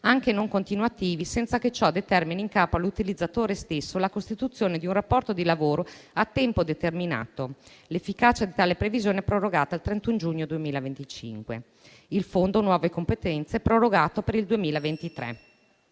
anche non continuativi, senza che ciò determini in capo all'utilizzatore stesso la costituzione di un rapporto di lavoro a tempo determinato. L'efficacia di tale previsione è prorogata al 31 giugno 2025. Il Fondo nuove competenze è prorogato per il 2023.